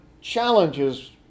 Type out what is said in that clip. challenges